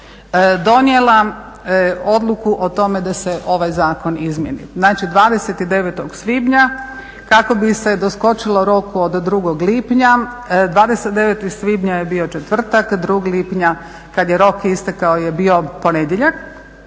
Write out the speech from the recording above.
donijela odluku o tome da se ovaj zakon izmijeni. Znači 29. svibnja kako bi se doskočilo roku od 2. lipnja, 29. svibnja je bio četvrtak, 2. lipnja kada je rok istekao je bio ponedjeljak.